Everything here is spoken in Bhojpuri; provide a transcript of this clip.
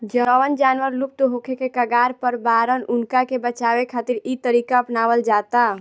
जवन जानवर लुप्त होखे के कगार पर बाड़न उनका के बचावे खातिर इ तरीका अपनावल जाता